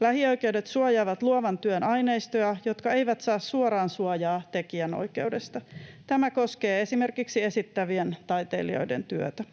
Lähioikeudet suojaavat luovan työn aineistoja, jotka eivät saa suoraan suojaa tekijänoikeudesta. Tämä koskee esimerkiksi esittävien taiteilijoiden työtä.